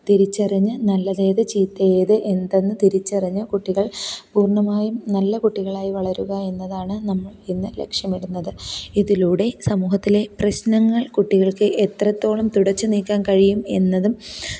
തിരിച്ചറിഞ്ഞ് നല്ലതേത് ചീത്തയേത് എന്തെന്ന് തിരിച്ചറിഞ്ഞ് കുട്ടികള് പൂര്ണ്ണമായും നല്ല കുട്ടികളായി വളരുക എന്നതാണ് നമ്മള് ഇന്ന് ലക്ഷ്യമിടുന്നത് ഇതിലൂടെ സമൂഹത്തിലെ പ്രശ്നങ്ങള് കുട്ടികള്ക്ക് എത്രത്തോളം തുടച്ച് നീക്കാന് കഴിയും എന്നതും